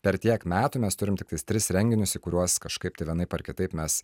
per tiek metų mes turim tik tais tris renginius į kuriuos kažkaip tai vienaip ar kitaip mes